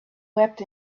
wept